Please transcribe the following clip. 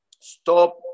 stop